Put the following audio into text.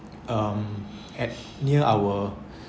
um at near our